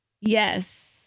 Yes